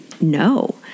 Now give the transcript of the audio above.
no